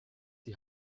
die